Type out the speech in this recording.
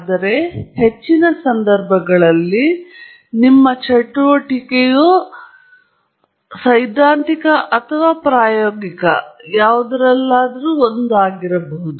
ಆದರೆ ಹೆಚ್ಚಿನ ಸಂದರ್ಭಗಳಲ್ಲಿ ನಿಮ್ಮ ಚಟುವಟಿಕೆಯು ಒಂದು ಅಥವಾ ಇನ್ನೊಂದಾಗಿರಬಹುದು